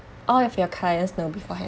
all of your clients know before